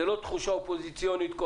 זו לא תחושה אופוזיציונית-קואליציונית.